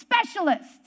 specialist